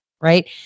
right